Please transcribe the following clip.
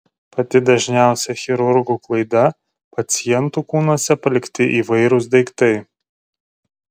pati dažniausia chirurgų klaida pacientų kūnuose palikti įvairūs daiktai